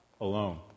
alone